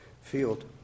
field